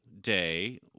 day